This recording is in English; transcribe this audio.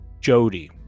Jody